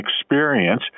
experience